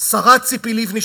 השרה ציפי לבני,